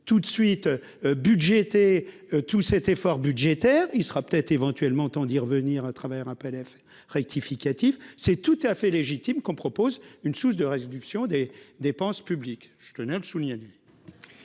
tout de suite budgété tout cet effort budgétaire, il sera peut-être éventuellement temps d'y revenir, à travers un PDF rectificatif c'est tout à fait légitime qu'on propose une souche de réduction des dépenses publiques, je tenais à souligner.